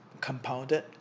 compounded